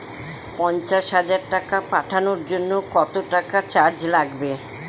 পণ্চাশ হাজার টাকা পাঠানোর জন্য কত টাকা চার্জ লাগবে?